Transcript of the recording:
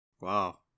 Wow